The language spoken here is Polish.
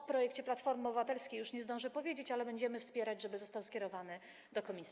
O projekcie Platformy Obywatelskiej już nie zdążę powiedzieć, ale będziemy wspierać to, żeby został skierowany do komisji.